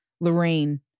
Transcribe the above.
Lorraine